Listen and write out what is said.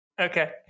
Okay